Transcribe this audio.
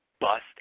bust